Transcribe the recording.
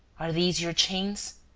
are these your chains?